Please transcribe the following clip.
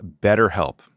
BetterHelp